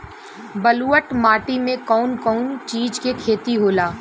ब्लुअट माटी में कौन कौनचीज के खेती होला?